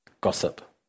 gossip